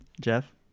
Jeff